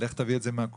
לך תביא את זה מהקופה.